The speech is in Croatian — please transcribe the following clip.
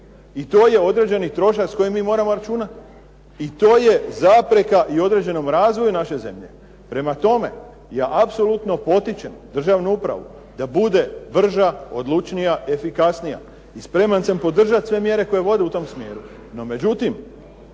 I to je određeni trošak s kojim mi moramo računat. I to je zapreka i određenom razvoju naše zemlje. Prema tome, ja apsolutno potičem državnu upravu da bude brža, odlučnija, efikasnija i spreman sam podržat sve mjere koje vode u tom smjeru,